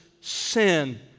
sin